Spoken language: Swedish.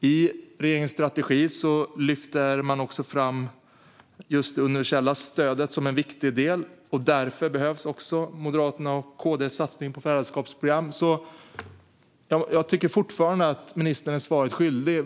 I regeringens strategi lyfter man också fram just det universella stödet som en viktig del. Därför behövs Moderaternas och Kristdemokraternas satsning på föräldraskapsprogram. Jag tycker att ministern fortfarande är svaret skyldig.